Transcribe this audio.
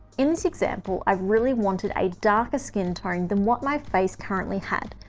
in this example, i really wanted a darker skin tone than what my face currently had.